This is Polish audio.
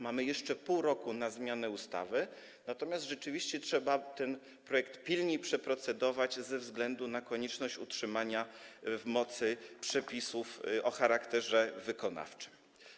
Mamy jeszcze pół roku na zmianę ustawy, natomiast rzeczywiście trzeba nad tym projektem pilniej procedować ze względu na konieczność utrzymania w mocy przepisów o charakterze wykonawczym.